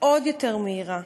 עוד יותר מהירה.